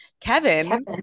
Kevin